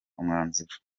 umwanzuro